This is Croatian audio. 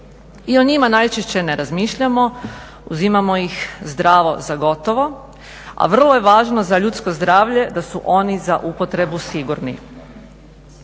I o njima najčešće ne razmišljamo, uzimamo iz zdravo za gotovo, a vrlo je važno za ljudsko zdravlje da su oni za upotrebu sigurni.